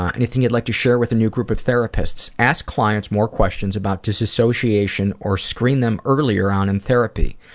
ah anything you would like to share with a new group of therapists? ask clients more questions about disassociation or screen them earlier on in therapy.